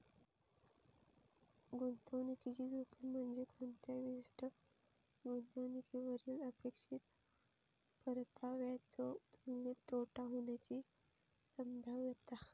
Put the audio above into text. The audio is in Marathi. गुंतवणुकीची जोखीम म्हणजे कोणत्याही विशिष्ट गुंतवणुकीवरली अपेक्षित परताव्याच्यो तुलनेत तोटा होण्याची संभाव्यता